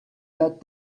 that